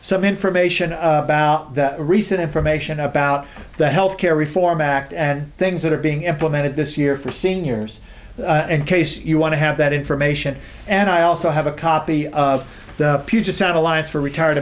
some information about that recent information about the health care reform act and things that are being implemented this year for seniors in case you want to have that information and i also have a copy of the puget sound alliance for retired